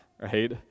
Right